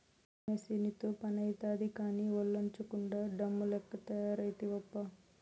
మెసీనుతో పనైతాది కానీ, ఒల్లోంచకుండా డమ్ము లెక్క తయారైతివబ్బా